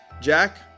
Jack